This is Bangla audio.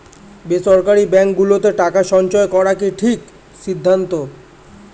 বেসরকারী ব্যাঙ্ক গুলোতে টাকা সঞ্চয় করা কি সঠিক সিদ্ধান্ত?